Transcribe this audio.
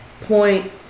point